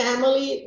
Family